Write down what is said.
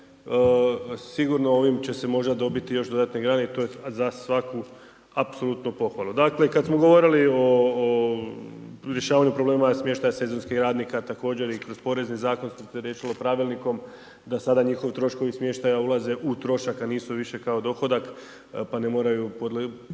sigurno ovim će se možda dobiti još dodatne .../Govornik se ne razumije./... i to je za svaku apsolutno pohvalu. Dakle, kada smo govorili o rješavanju problema smještaja sezonskih radnika, također i kroz porezni zakon se to riješilo pravilnikom da sada njihovi troškovi smještaja ulaze u trošak a nisu više kao dohodak pa ne moraju podlijegati